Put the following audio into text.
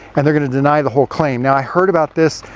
and they're going to deny the whole claim. now i heard about this,